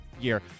year